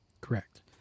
Correct